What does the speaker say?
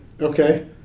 Okay